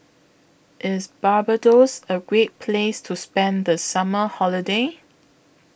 IS Barbados A Great Place to spend The Summer Holiday